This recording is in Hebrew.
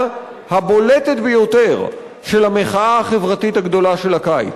הבולטת ביותר של המחאה החברתית הגדולה של הקיץ,